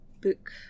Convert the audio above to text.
book